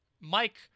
Mike